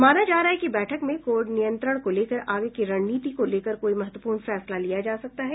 माना जा रहा है कि बैठक में कोविड नियंत्रण को लेकर आगे की रणनीति को लेकर कोई महत्वपूर्ण फैसला लिया जा सकता है